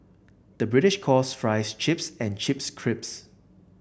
the British calls fries chips and chips